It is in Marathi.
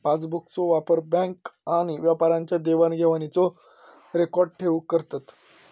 पासबुकचो वापर बॅन्क आणि व्यापाऱ्यांच्या देवाण घेवाणीचो रेकॉर्ड ठेऊक करतत